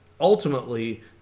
ultimately